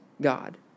God